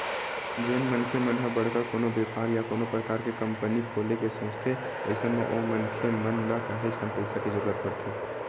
जेन मनखे मन ह बड़का कोनो बेपार या कोनो परकार के कंपनी खोले के सोचथे अइसन म ओ मनखे मन ल काहेच कन पइसा के जरुरत परथे